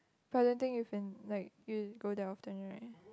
but I don't think you've been like you go there often right